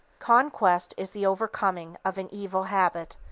conquest is the overcoming of an evil habit,